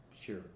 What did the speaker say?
Sure